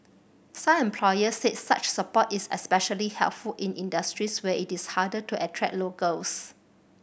some employers said such support is especially helpful in industries where it is harder to attract locals